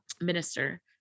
minister